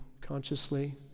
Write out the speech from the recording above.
consciously